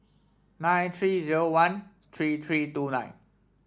nine three zero one three three two nine